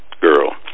girl